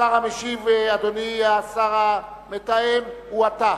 השר המשיב, אדוני השר המתאם, הוא אתה,